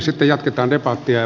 sitten jatketaan debattia